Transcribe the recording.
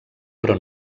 però